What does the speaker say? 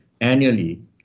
annually